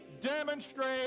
demonstrate